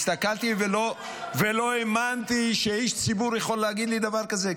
והסתכלתי ולא האמנתי שאיש ציבור יכול להגיד לי דבר כזה.